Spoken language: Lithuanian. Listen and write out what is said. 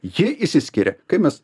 jie išsiskiria kai mes